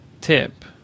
tip